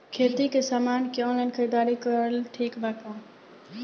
खेती के समान के ऑनलाइन खरीदारी कइल ठीक बा का?